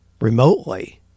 remotely